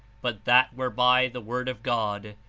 but that whereby the word of god,